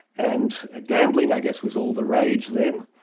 and ah gambling i guess was all the rage then,